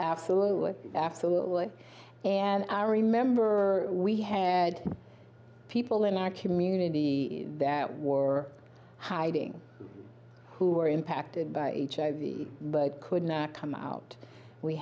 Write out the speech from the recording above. absolutely absolutely and i remember we had people in our community that wore hiding who are impacted by each i v but couldn't come out we